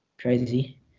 Crazy